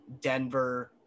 Denver